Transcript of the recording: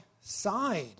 side